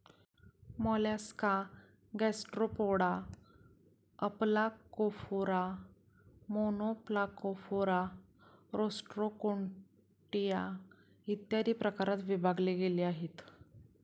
Mollusca Gastropoda, Aplacophora, Monoplacophora, Rostroconchia, इत्यादी प्रकारात विभागले गेले आहे